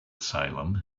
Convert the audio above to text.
salem